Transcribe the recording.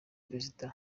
perezida